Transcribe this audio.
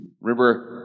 Remember